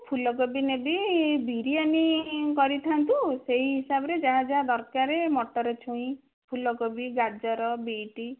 ଫୁଲକୋବି ନେବି ବିରିଆନି କରିଥାନ୍ତୁ ସେଇ ହିସାବରେ ଯାହା ଯାହା ଦରକାରେ ମଟର ଛୁଇଁ ଫୁଲକୋବି ଗାଜର ବିଟ୍